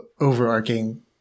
overarching